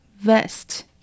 vest